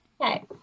Okay